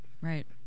right